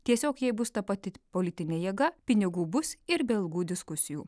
tiesiog jei bus ta pati politinė jėga pinigų bus ir be ilgų diskusijų